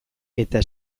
eta